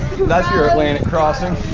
that's your atlantic crossing.